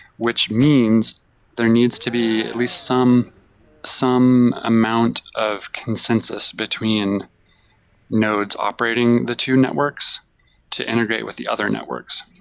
which means there needs to be at least some some amount of consensus between nodes operating the two networks to integrate with the other networks.